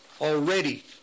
already